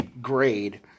grade